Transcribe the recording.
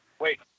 Wait